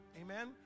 amen